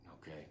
Okay